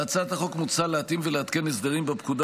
בהצעת החוק מוצע להתאים ולעדכן הסדרים בפקודה